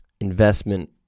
investment